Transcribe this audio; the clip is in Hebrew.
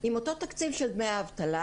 עם אותו תקציב של דמי האבטלה.